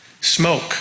smoke